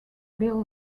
bill